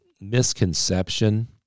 misconception